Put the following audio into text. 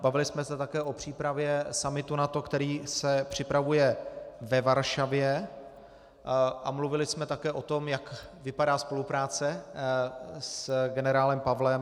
Bavili jsme se také o přípravě summitu NATO, který se připravuje ve Varšavě, a mluvili jsme také o tom, jak vypadá spolupráce s generálem Pavlem.